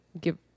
give